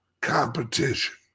competition